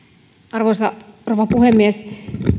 arvoisa rouva puhemies